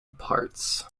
parts